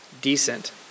decent